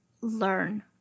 learn